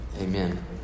Amen